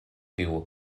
tia